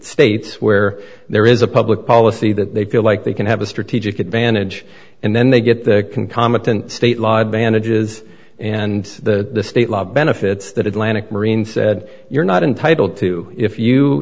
states where there is a public policy that they feel like they can have a strategic advantage and then they get the comic didn't state law advantages and the state law benefits that atlantic marine said you're not entitled to if you